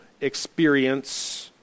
experience